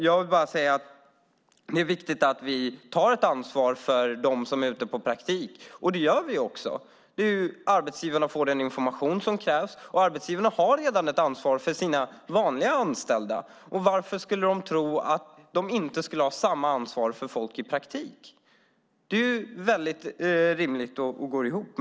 Jag vill bara säga att det är viktigt att vi tar ett ansvar för dem som är ute på praktik, och det gör vi också. Arbetsgivarna får den information som krävs. Arbetsgivarna har redan ett ansvar för sina vanliga anställda. Varför skulle de tro att de inte skulle ha samma ansvar för folk som är ute på praktik? Det är ju rimligt och går ihop.